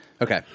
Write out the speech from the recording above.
Okay